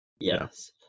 Yes